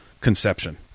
conception